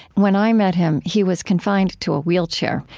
when i met him, he was confined to a wheelchair,